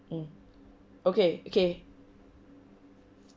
mm okay okay